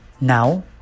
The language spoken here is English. Now